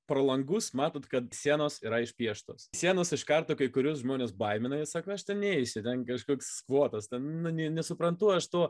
pro langus matot kad sienos yra išpieštos sienos iš karto kai kuriuos žmones baimina jie sako aš ten neisiu ten kažkoks kvotas nesuprantu aš to